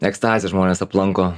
ekstazė žmones aplanko